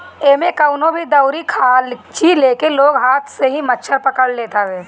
एमे कवनो भी दउरी खाची लेके लोग हाथ से ही मछरी पकड़ लेत हवे